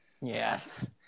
Yes